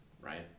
right